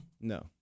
No